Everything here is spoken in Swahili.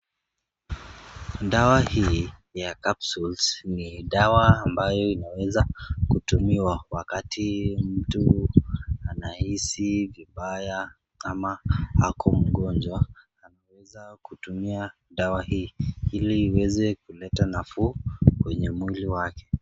Dawa hii ya capsules ni dawa ambayo inaweza kutumiwa wakati mtu anahisi vibaya ama ako mgonjwa anaweza kutumia dawa hii ili iweze kuleta nafuu kwenye mwili wake.